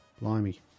Blimey